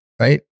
Right